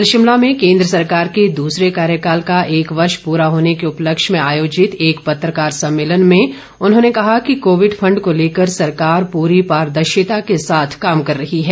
कल शिमला में केन्द्र सरकार के दूसरे कार्यकाल का एक वर्ष पूरा होने के उपलक्ष में आयोजित एक पत्रकार सम्मेलन में उन्होंने कहा कि कोविड फंड को लेकर सरकार पूरी पारदर्शिता के साथ काम कर रही है